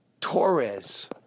Torres